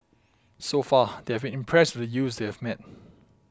so far they have been impressed with the youths they have met